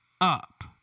up